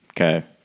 Okay